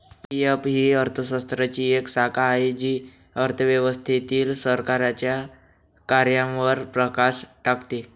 PF ही अर्थशास्त्राची एक शाखा आहे जी अर्थव्यवस्थेतील सरकारच्या कार्यांवर प्रकाश टाकते